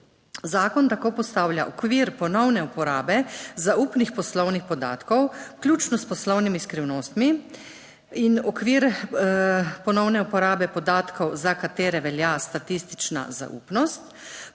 Zakon tako postavlja okvir ponovne uporabe zaupnih poslovnih podatkov, vključno s poslovnimi skrivnostmi in okvir ponovne uporabe podatkov, za katere velja statistična zaupnost,